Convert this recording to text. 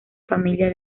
familia